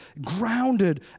grounded